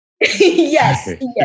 Yes